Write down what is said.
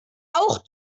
auch